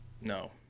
No